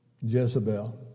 Jezebel